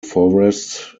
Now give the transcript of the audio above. forests